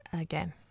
again